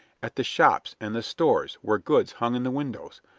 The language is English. at the shops and the stores where goods hung in the windows,